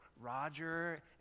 Roger